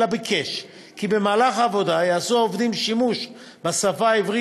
אלא ביקש כי במהלך העבודה יעשו העובדים שימוש בשפה העברית,